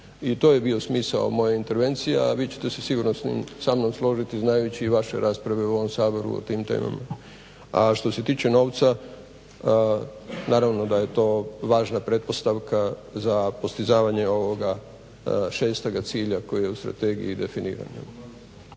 I to je bio smisao moje intervencije, a vi ćete se sigurno sa mnom složiti znajući i vaše rasprave u ovom Saboru o tim temama. A što se tiče novca naravno da je to važna pretpostavka za postizavanje ovoga šestoga cilja koji je u Strategiji definiran.